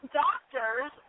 doctors